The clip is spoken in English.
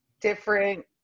different